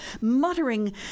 muttering